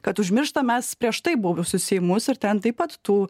kad užmirštam mes prieš tai buvusius seimus ir ten taip pat tų